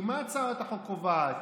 כי מה הצעת החוק קובעת?